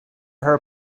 her